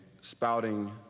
spouting